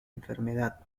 enfermedad